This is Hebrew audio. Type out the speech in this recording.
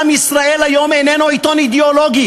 אולם "ישראל היום" איננו עיתון אידיאולוגי.